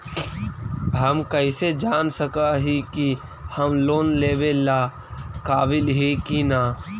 हम कईसे जान सक ही की हम लोन लेवेला काबिल ही की ना?